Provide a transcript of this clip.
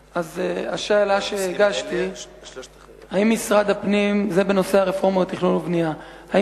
השאלה שהגשתי היא בנושא הרפורמה בתכנון ובנייה: האם